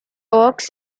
oaks